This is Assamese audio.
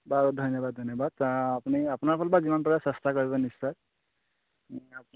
বাৰু ধন্যবাদ ধন্যবাদ আপুনি আপোনাৰ ফালৰ পৰা যিমান পাৰে চেষ্টা কৰিব নিশ্চয়